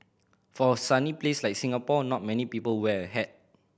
for a sunny place like Singapore not many people wear a hat